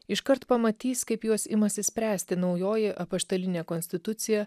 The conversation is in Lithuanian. iškart pamatys kaip juos imasi spręsti naujoji apaštalinė konstitucija